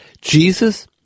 Jesus